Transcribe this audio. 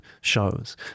shows